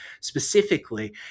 specifically